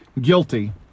guilty